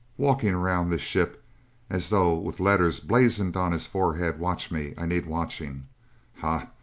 walking around this ship as though with letters blazoned on his forehead, watch me. i need watching hah!